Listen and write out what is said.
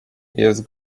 jest